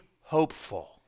hopeful